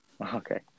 Okay